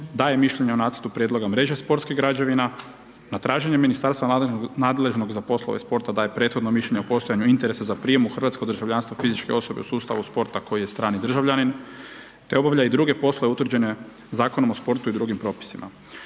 daje mišljenje o nacrtu prijedloga mreže sportskih građevina, na traženje ministarstva nadležnog za poslove sporta daje prethodno mišljenje o postojanju interesa za prijem u hrvatsko državljanstvo fizičke osobe u sustavu sporta koji je strani državljanin te obavlja i druge poslove utvrđene Zakonom o sportu i drugim propisima.